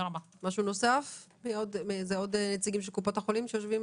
משהו נוסף מעוד נציגים של קופות החולים שיושבים